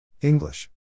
English